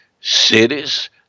cities